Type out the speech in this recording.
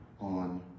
on